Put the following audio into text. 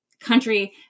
country